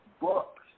books